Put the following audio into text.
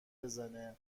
بزنه